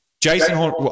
Jason